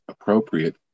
appropriate